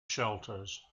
shelters